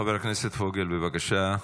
חבר הכנסת פוגל, בבקשה,